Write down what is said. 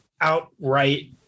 outright